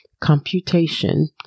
Computation